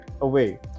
away